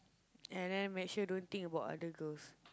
and then make sure don't think about other girls